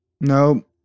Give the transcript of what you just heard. Nope